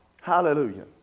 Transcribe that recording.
Hallelujah